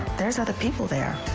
there's other people there.